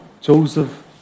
Joseph